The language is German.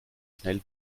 schnell